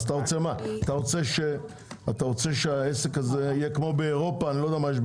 אתה רוצה שהעסק הזה יהיה כמו באירופה לא יודע מה יש שם